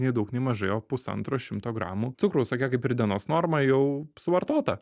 nei daug nei mažai o pusantro šimto gramų cukraus tokia kaip ir dienos norma jau suvartota